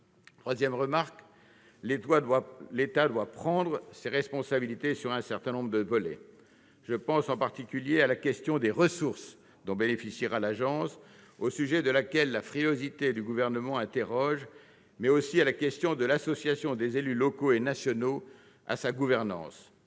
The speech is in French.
troisième remarque. L'État doit prendre ses responsabilités sur un certain nombre de volets. Je pense, en particulier, à la question des ressources dont bénéficiera l'agence, au sujet de laquelle la frilosité du Gouvernement conduit à s'interroger, mais aussi à la question de l'association des élus locaux et nationaux à sa gouvernance.